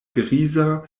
griza